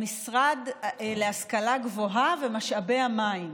המשרד להשכלה גבוהה ומשאבי המים,